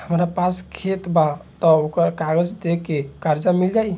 हमरा पास खेत बा त ओकर कागज दे के कर्जा मिल जाई?